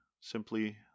simply